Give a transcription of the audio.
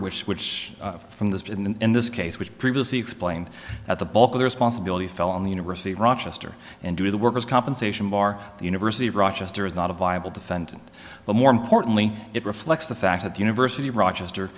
order which switch from this in this case which previously explained that the bulk of the responsibility fell on the university of rochester and to the workers compensation bar the university of rochester is not a viable defendant but more importantly it reflects the fact that the university of rochester